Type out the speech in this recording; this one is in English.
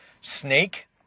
snake